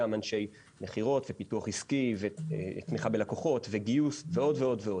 אנשי מכירות ופיתוח עסקי ותמיכה בלקוחות וגיוס ועוד ועוד.